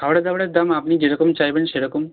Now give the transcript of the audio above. খাবারের দাবারের দাম আপনি যেরকম চাইবেন সেরকম